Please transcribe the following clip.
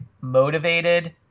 motivated